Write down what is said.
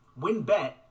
WinBet